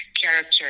character